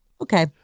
Okay